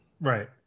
Right